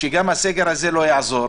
שגם הסגר הזה לא יעזור.